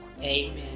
Amen